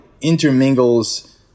intermingles